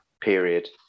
period